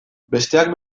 besteak